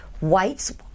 whites